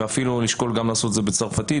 ואפילו לשקול לעשות את זה גם בצרפתית.